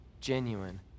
genuine